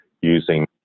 using